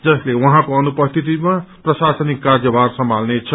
जसले उहाँको अनुपस्थितिमा प्रशासनिक कार्यभार सम्हाल्ने छ